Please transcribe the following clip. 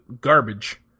garbage